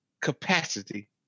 capacity